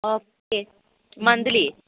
okay monthly